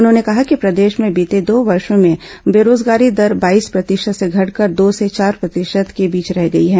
उन्होंने कहा कि प्रदेश में बीते दो वर्ष में बेरोजगारी दर बाईस प्रतिशत से घटकर दो से चार प्रतिशत के बीच रह गई है